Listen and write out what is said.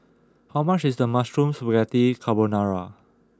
how much is Mushroom Spaghetti Carbonara